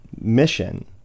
mission